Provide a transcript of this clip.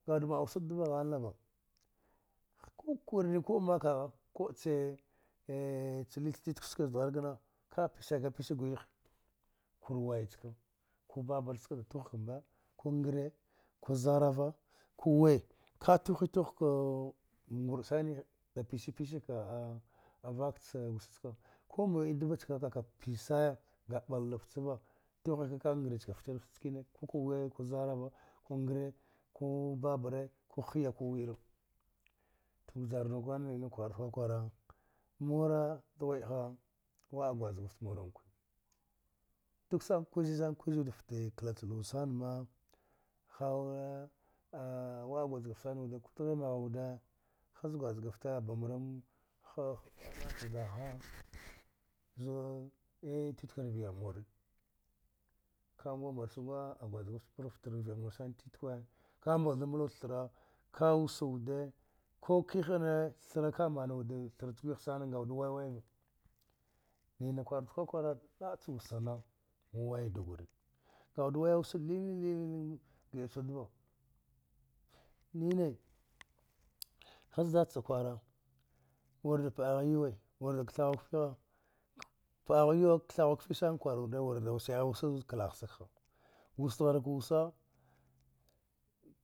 Aga wuda ma'a wsa da dera hlanava ku kurine a kube mka kaya, kube ca ldre titkwe ska zada ghari ka piska piska ghiya kur wayaca ku babrna ska da tugha ku gre ku zarava kugre ku wi ka tughe tughka wrda shine da pis-pisa ka vka ca wasa chaka, ku mane deva chaka ka ka pisiya a bla fici va tugha ka gre chaka ficile fiti nckene ka wanaya zarara ku gre, kubabra, ku hiya, ku wiza, to vjara nuke nay na kwara kuza, mure dughwede kha waɗa gwazakafle ku mure duk kwize, kwize a fte kla ca luwa sana ma, hhh waɗa gwazkafte san wuda ku dihi mu esha gwazkafte ham ru kha mka nagha ca wadha zuwa titkwe rvighe mura ka ɗua mura mbrate gwazakafte kur fte rvi mura tetkwe, ka mulda muldawe thire, ka wasa wude ku kihi ni, thure ka mana wude thri ci gwihi sana a wude waway va nina kwara kukur, laba ca wasana mu wudugwre a wuda way wasanava lilinge gida ca wudava, nine kha dada ca kwara wire da pahu yuwe wire da kethu ketha pahu vuwe da kethu kfe kwara wude, wire da washe wasa zu klasiege, sga wasdaghareka wasa.